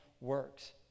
works